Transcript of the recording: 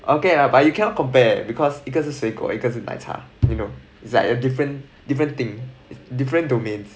okay lah but you cannot compare because 一个是水果一个是奶茶 you know it's like a different different thing different domains